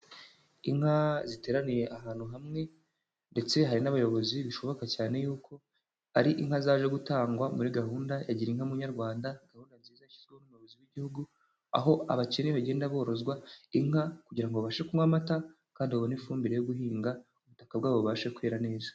Inka ziteraniye ahantu hamwe, ndetse hari n'abayobozi. Bishoboka cyane yuko ari inka zaje gutangwa muri gahunda ya Girinka Munyarwanda, gahunda nziza yashyizweho n'umuyobozi w'igihugu, aho abakene bagenda borozwa inka kugira ngo babashe kunywa amata kandi babone ifumbire yo guhinga ubutaka bwabo, bubashe kwera neza.